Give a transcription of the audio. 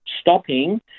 stopping